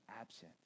absent